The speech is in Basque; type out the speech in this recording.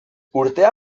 urtea